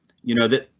you know that.